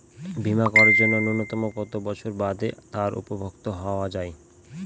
বীমা করার জন্য ন্যুনতম কত বছর বাদে তার উপভোক্তা হওয়া য়ায়?